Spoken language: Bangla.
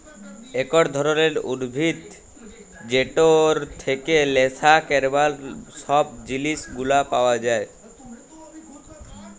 একট ধরলের উদ্ভিদ যেটর থেক্যে লেসা ক্যরবার সব জিলিস গুলা পাওয়া যায়